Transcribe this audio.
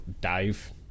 dive